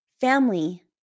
family